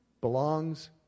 Belongs